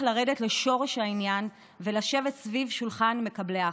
לרדת לשורש העניין ולשבת סביב שולחן מקבלי ההחלטות.